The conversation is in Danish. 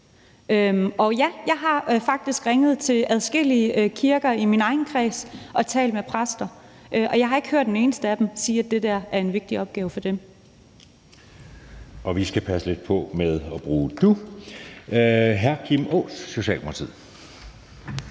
Og ja, jeg har faktisk ringet til adskillige kirker i min egen kreds og talt med præster, og jeg har ikke hørt en eneste af dem sige, at det der er en vigtig opgave for dem. Kl. 13:43 Anden næstformand (Jeppe Søe): Vi skal passe lidt på med at bruge »du«. Hr. Kim Aas, Socialdemokratiet.